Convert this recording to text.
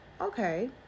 okay